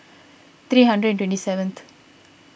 three hundred and twenty seventh